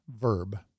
verb